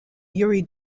yuri